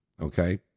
Okay